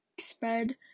spread